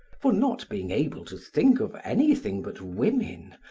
for not being able to think of anything but women,